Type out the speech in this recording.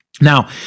Now